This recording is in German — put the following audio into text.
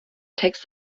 text